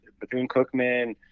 Bethune-Cookman –